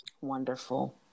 Wonderful